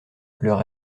leur